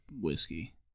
whiskey